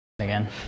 again